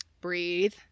breathe